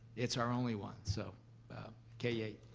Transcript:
it's our only one, so k eight.